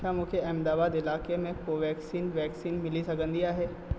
छा मूंखे अहमदाबाद इलाइक़े में कोवैक्सीन वैक्सीन मिली सघंदी आहे